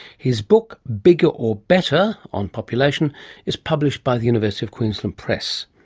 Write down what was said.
his book bigger or better on population is published by the university of queensland press.